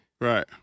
Right